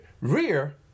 rear